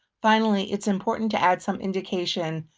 finally, it's important to add some indication,